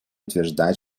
утверждает